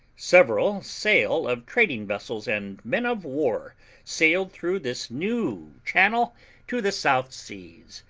several sail of trading vessels and men-of-war sailed through this new channel to the south seas,